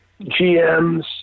GMs